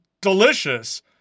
delicious